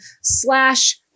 slash